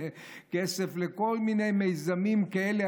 כסף לכל מיני מיזמים כאלה,